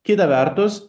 kita vertus